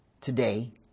today